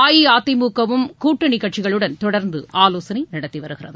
அஇஅதிமுகவும் கூட்டணி கட்சிகளுடன் தொடர்ந்து ஆலோசனை நடத்தி வருகிறது